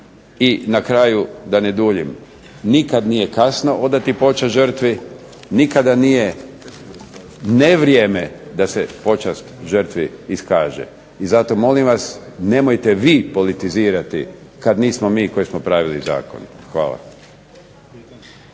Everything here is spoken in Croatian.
I na kraju, da ne duljim. Nikad nije kasno odati počast žrtvi, nikada nije nevrijeme da se počast žrtvi iskaže. I zato molim vas nemojte vi politizirati kad nismo mi koji smo pravili zakon. Hvala.